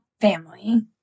family